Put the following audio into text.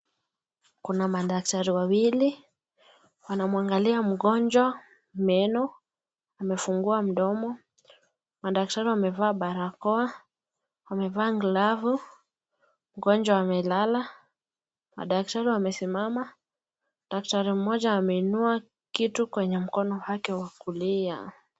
Kuna madaktari wawili wanamwangalia mgonjwa meno. Amefungua mdomo. Madaktari wamevaa barakoa. Wamevaa glavu. Mgonjwa amelala. Madaktari wamesimama. Daktari mmoja ameinua kitu kwenye mkono wake wa kulia.